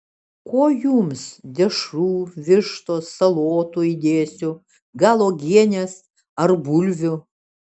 ko jums dešrų vištos salotų įdėsiu gal uogienės ar bulvių